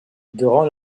durant